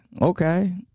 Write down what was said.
okay